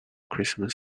christmas